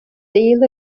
deal